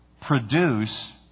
produce